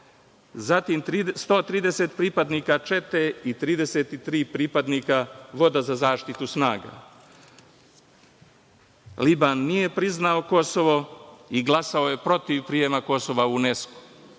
Zatim, 130 pripadnika čete i 33 pripadnika voda za zaštitu snaga. Liban nije priznao Kosovo i glasao je protiv prijema Kosova u UNESKO.